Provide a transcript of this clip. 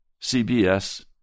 CBS